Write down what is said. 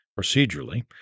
procedurally